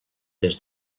des